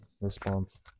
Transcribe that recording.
response